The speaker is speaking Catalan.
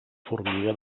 formiga